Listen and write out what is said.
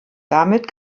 damit